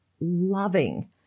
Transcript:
loving